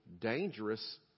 dangerous